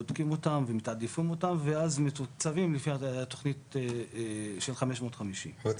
בודקים ואתם ומתעדפים אותם ואז מתוקצבים לפי התוכנית של 550. אתה